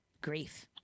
grief